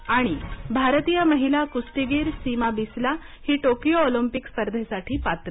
आणि भारतीय महिला कुस्तीगीर सीमा बिस्ला ही टोकियो ऑलिम्पिक स्पर्धेसाठी पात्र